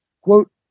Quote